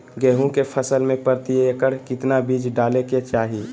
गेहूं के फसल में प्रति एकड़ कितना बीज डाले के चाहि?